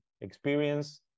experience